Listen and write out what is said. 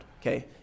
okay